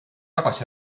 tagasi